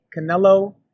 Canelo